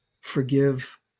forgive